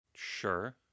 Sure